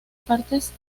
partes